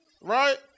Right